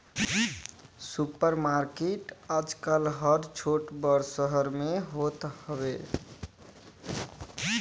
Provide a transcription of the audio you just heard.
super market आजकल हर छोट बड़ शहर में होत हवे